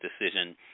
decision